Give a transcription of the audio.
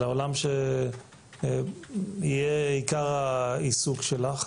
של העולם שיהיה עיקר העיסוק שלך.